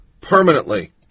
permanently